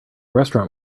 restaurant